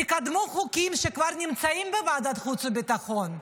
תקדמו חוקים שכבר נמצאים בוועדת החוץ והביטחון.